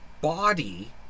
body